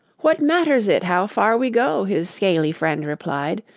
what matters it how far we go? his scaly friend replied.